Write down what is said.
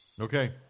Okay